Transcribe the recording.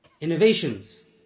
innovations